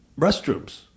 restrooms